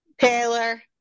Taylor